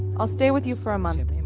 i'll stay with you for a month.